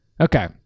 Okay